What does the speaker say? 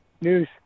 news